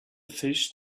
fish